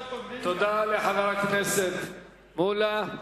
תודה לחבר הכנסת מולה.